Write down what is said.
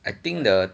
I think the